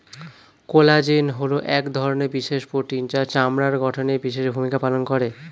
collagen হলো এক ধরনের বিশেষ প্রোটিন যা চামড়ার গঠনে বিশেষ ভূমিকা পালন করে